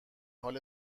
حال